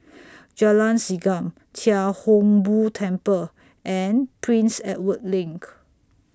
Jalan Segam Chia Hung Boo Temple and Prince Edward LINK